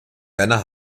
werner